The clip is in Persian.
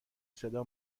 صدا